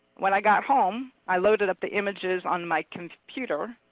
when i got home, i loaded up the images on my computer.